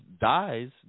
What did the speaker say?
dies